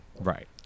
Right